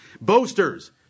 Boasters